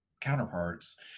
counterparts